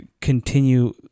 continue